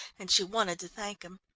and she wanted to thank him.